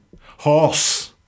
Horse